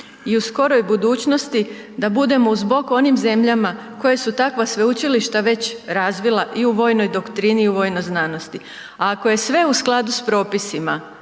i u skoroj budućnosti da budemo uz bok onim zemljama koje su takva sveučilišta već razvila i u vojnoj doktrini i u vojnoj znanosti. Ako je sve u skladu s propisima,